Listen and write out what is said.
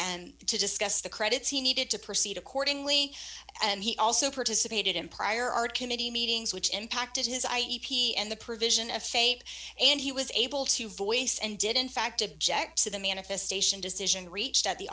and to discuss the credits he needed to proceed accordingly and he also participated in prior art committee meetings which impacted his i e p and the provision of faith and he was able to voice and did in fact object to the manifestation decision reached at the